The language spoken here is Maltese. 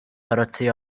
karozzi